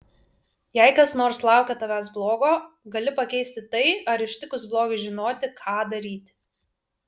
jei kas nors laukia tavęs blogo gali pakeisti tai ar ištikus blogiui žinoti ką daryti